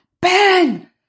Ben